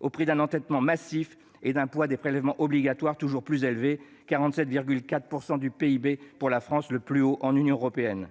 au prix d'un endettement massif et d'un poids des prélèvements obligatoires toujours plus élevé, à 47,4 % du PIB, soit le plus haut de l'Union européenne.